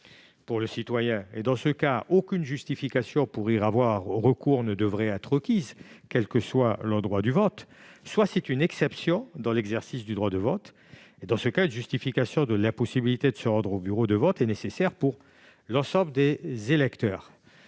pour le citoyen, auquel cas aucune justification pour y avoir recours ne devrait être requise quel que soit l'endroit du vote, soit c'est une exception dans l'exercice du droit de vote, auquel cas une justification de l'impossibilité de se rendre au bureau de vote est nécessaire pour l'ensemble des électeurs.